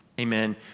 Amen